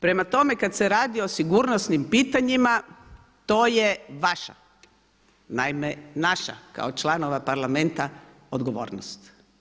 Prema tome, kada se radi o sigurnosnim pitanjima to je vaša, naime naša kao članova parlamenta odgovornost.